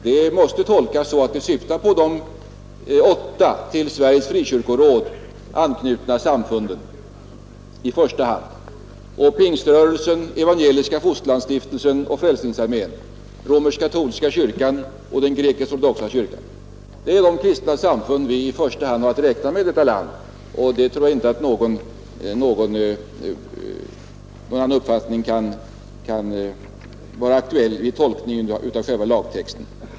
De orden måste tolkas så att de främst syftar på de åtta till Sveriges frikyrkoråd anknutna samfunden samt Pingströrelsen, Evangeliska fosterlandsstiftelsen, Frälsningsarmén, Romersk-katolska kyrkan och Grekiskortodoxa kyrkan. Det är de kristna samfunden som vi i första hand har att räkna med här i landet vid sidan av svenska kyrkan, och jag tror inte att någon annan uppfattning kan vara aktuell vid tolkningen av själva lagtexten.